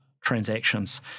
transactions